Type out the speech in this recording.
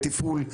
לתפעול,